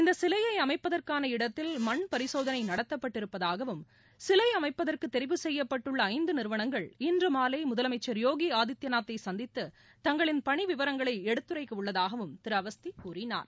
இந்த சிலையை அமைப்பதற்கான இடத்தில் மண் பரிசோதனை நடத்தப்பட்டு இருப்பதாகவும் சிலை அமைப்பதற்கு தெரிவு செய்யப்பட்டுள்ள ஐந்து நிறுவனங்கள் இன்று மாலை முதலமைச்சர் யோகி ஆதித்யநாத்தை சந்தித்து தங்களின் பணி விவரங்களை எடுத்துரைக்க உள்ளதாகவும் திரு அவஸ்தி கூறினார்